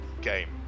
game